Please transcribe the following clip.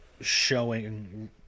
showing